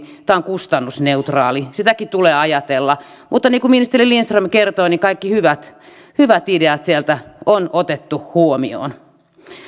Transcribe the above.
on kustannusneutraali sitäkin tulee ajatella mutta niin kuin ministeri lindström kertoi kaikki hyvät hyvät ideat sieltä on otettu huomioon